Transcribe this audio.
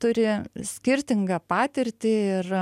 turi skirtingą patirtį ir